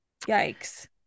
Yikes